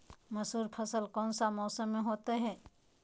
मसूर फसल कौन सा मौसम में होते हैं?